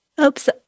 Oops